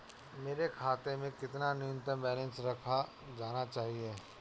मेरे खाते में कितना न्यूनतम बैलेंस रखा जाना चाहिए?